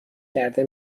کرده